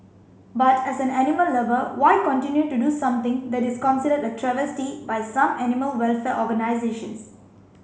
but as an animal lover why continue to do something that is considered a travesty by some animal welfare organisations